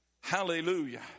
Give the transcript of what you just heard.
hallelujah